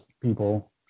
people